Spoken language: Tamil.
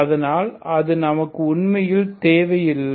அதனால் அது நமக்கு உண்மையில் தேவை இல்லை